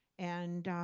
and